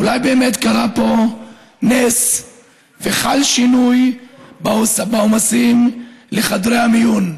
אולי באמת קרה פה נס וחל שינוי בעומסים בחדרי המיון.